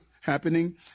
happening